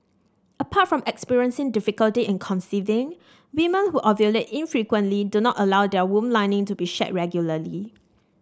apart from experiencing difficulty in conceiving women who ovulate infrequently do not allow their womb lining to be shed regularly